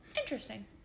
Interesting